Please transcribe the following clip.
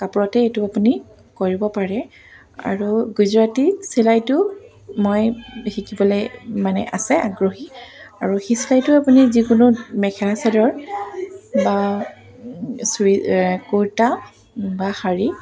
কাপোৰতে এইটো আপুনি কৰিব পাৰে আৰু গুজৰাটী চিলাইটো মই শিকিবলৈ মানে আছে আগ্ৰহী আৰু সেই চিলাইটো আপুনি যিকোনো মেখেলা চাদৰ বা চুই কুৰ্তা বা শাৰী